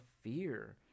fear